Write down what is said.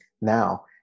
now